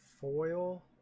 Foil